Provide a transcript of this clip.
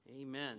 Amen